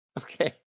Okay